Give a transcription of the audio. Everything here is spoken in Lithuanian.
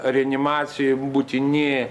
reanimacijoj būtini